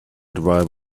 driver